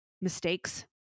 mistakes